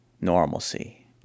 normalcy